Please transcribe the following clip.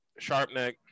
Sharpneck